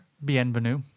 Bienvenue